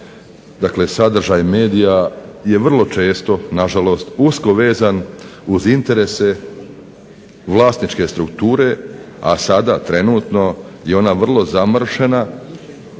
dakle sadržaj medija je vrlo često na žalost usko vezan uz interese vlasničke strukture, a sada trenutno je ona vrlo zamršena